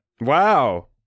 Wow